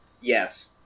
Yes